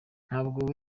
ntabwo